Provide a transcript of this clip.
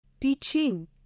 teaching